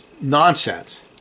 nonsense